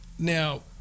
now